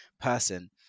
person